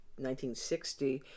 1960